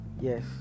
Yes